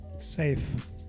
Safe